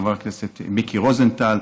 חבר הכנסת מיקי רוזנטל,